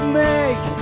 make